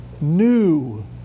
new